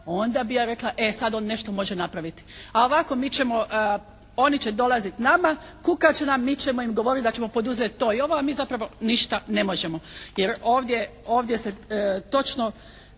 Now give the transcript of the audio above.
onda bi ja rekla e sad on nešto može napraviti. A ovako mi ćemo, oni će dolaziti nama, kukat će nam. Mi ćemo im govoriti da ćemo poduzeti to i ovo, a mi zapravo ništa ne možemo. Jer ovdje, ovdje